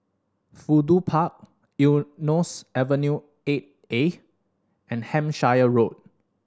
Fudu Park Eunos Avenue Eight A and Hampshire Road